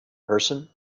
person